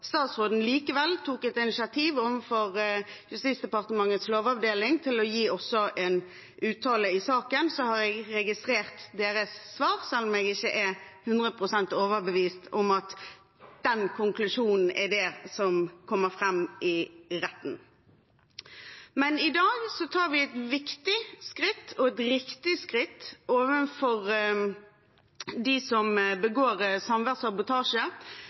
statsråden tok et initiativ overfor Justisdepartementets lovavdeling til også å gi en uttalelse i saken. Så har jeg registrert deres svar, og jeg er ikke 100 pst. overbevist om at det er den konklusjonen som kommer fram i retten. I dag tar vi et viktig og riktig skritt overfor dem som begår samværssabotasje.